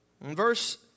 Verse